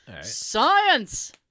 Science